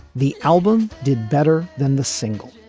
the album did better than the single.